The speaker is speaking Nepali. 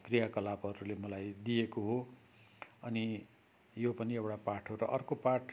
क्रियाकलापहरूले मलाई दिएको हो अनि यो पनि एउटा पाठ हो र अर्को पाठ